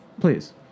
Please